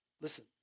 Listen